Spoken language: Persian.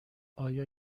آیا